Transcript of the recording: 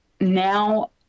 now